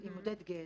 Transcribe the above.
עם עודד גז,